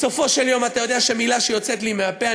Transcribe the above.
בסופו של יום אתה יודע שמילה שיוצאת לי מהפה,